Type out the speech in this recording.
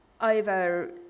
over